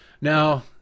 Now